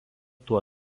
tuo